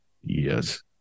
Yes